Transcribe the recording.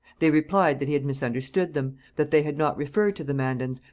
they replied that he had misunderstood them that they had not referred to the mandans,